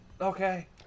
Okay